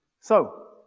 so,